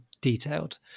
detailed